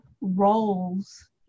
roles